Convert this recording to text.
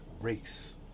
race